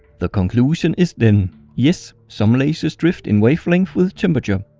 the conclusion is then yes, some lasers drift in wavelength with temperature.